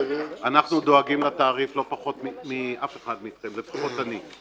אנחנו דואגים לתעריף לא פחות מכל אחד מכם לפחות אני.